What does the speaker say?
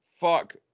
Fuck